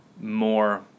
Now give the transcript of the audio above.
more